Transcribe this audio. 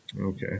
Okay